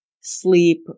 sleep